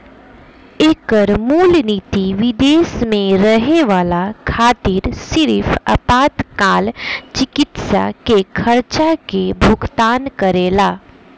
एकर मूल निति विदेश में रहे वाला खातिर सिर्फ आपातकाल चिकित्सा के खर्चा के भुगतान करेला